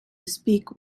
speak